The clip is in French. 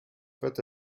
vote